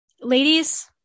Ladies